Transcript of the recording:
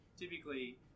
typically